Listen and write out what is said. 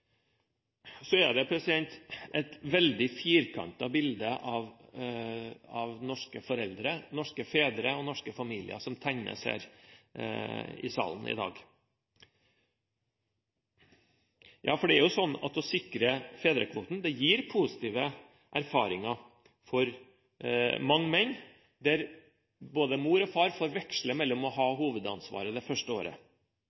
Så tegnes det et veldig firkantet bilde av norske foreldre – norske fedre – og norske familier her i salen i dag. Det å sikre fedrekvoten gir positive erfaringer for mange menn, der både mor og far får veksle på å